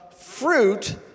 fruit